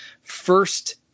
first